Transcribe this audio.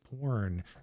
porn